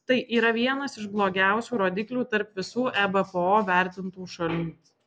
tai yra vienas iš blogiausių rodiklių tarp visų ebpo vertintų šalių